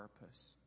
purpose